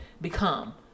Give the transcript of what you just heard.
become